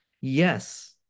yes